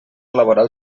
laboral